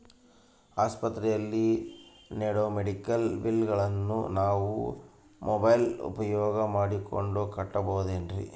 ಆಸ್ಪತ್ರೆಯಲ್ಲಿ ನೇಡೋ ಮೆಡಿಕಲ್ ಬಿಲ್ಲುಗಳನ್ನು ನಾವು ಮೋಬ್ಯೆಲ್ ಉಪಯೋಗ ಮಾಡಿಕೊಂಡು ಕಟ್ಟಬಹುದೇನ್ರಿ?